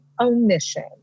omission